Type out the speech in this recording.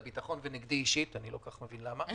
הביטחון ונגדי אישית אני לא כל כך מבין למה